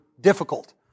difficult